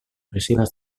oficines